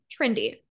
Trendy